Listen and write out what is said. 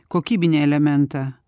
kokybinį elementą